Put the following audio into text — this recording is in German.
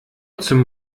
zum